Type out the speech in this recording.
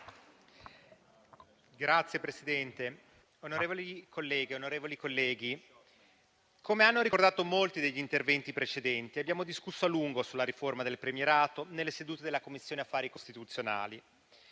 Signor Presidente, onorevoli colleghe, onorevoli colleghi, come hanno ricordato molti degli interventi precedenti, abbiamo discusso a lungo sulla riforma del premierato nelle sedute della Commissione affari costituzionali.